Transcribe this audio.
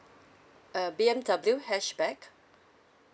a B_M_W hatchback